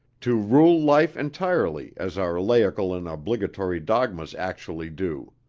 to rule life entirely as our laical and obligatory dogmas actually do?